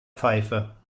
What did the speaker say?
pfeife